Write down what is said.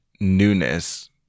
newness